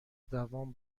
دوام